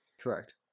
correct